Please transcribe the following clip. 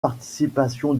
participation